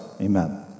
amen